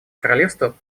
королевство